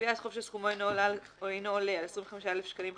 "(ב)גביית חוב שסכומו אינו עולה על 25,000 שקלים חדשים,